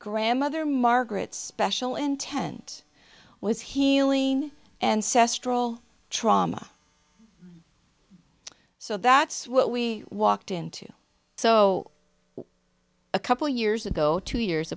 grandmother margaret's special intent was healing and c'est royal trauma so that's what we walked into so a couple years ago two years